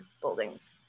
buildings